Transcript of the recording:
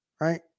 right